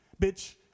Bitch